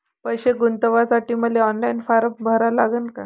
पैसे गुंतवासाठी मले ऑनलाईन फारम भरा लागन का?